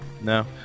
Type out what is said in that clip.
No